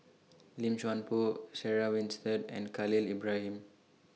Lim Chuan Poh Sarah Winstedt and Khalil Ibrahim